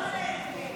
הצבעה.